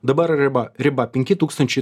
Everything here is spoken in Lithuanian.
dabar ir riba riba penki tūkstančiai